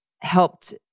helped